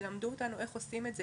תלמדו אותנו איך עושים את זה,